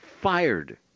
fired